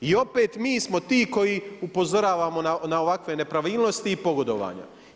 I opet mi smo ti koji upozoravamo na ovakve nepravilnosti i pogodovanja.